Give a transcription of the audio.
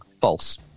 false